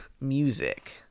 music